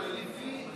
אבל לפי,